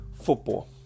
football